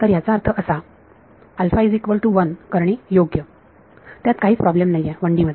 तर याचा अर्थ असा करणे योग्य त्यात काहीच प्रॉब्लेम नाहीये 1D मध्ये